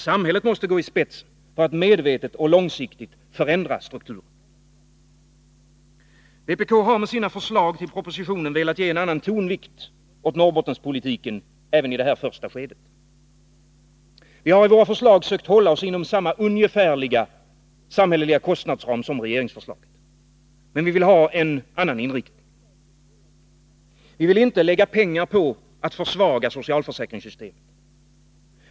Samhället måste gå i spetsen för att medvetet och långsiktigt förändra strukturen. Vpk har med sina förslag till följd av propositionen velat ge en annan tonvikt åt Norrbottenspolitiken även i detta första skede. Vi har i vårt förslag sökt hålla oss inom samma ungefärliga kostnadsram som regeringsförslaget. Men vi vill ha en annan inriktning. Vi vill inte lägga pengar på att försvaga socialförsäkringssystemet.